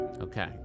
Okay